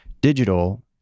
digital